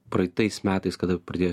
praeitais metais kada pradėjo